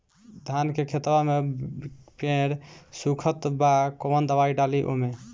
धान के खेतवा मे पेड़ सुखत बा कवन दवाई डाली ओमे?